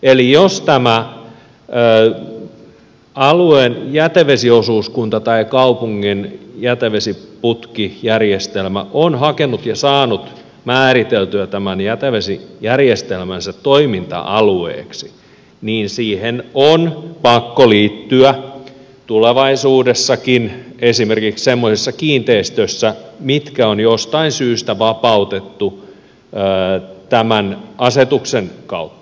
eli jos tämä alueen jätevesiosuuskunta tai kaupungin jätevesiputkijärjestelmä on hakenut ja saanut määriteltyä tämän jätevesijärjestelmänsä toiminta alueeksi niin siihen on pakko liittyä tulevaisuudessakin esimerkiksi semmoisissa kiinteistöissä mitkä on jostain syystä vapautettu tämän asetuksen kautta